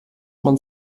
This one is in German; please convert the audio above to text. man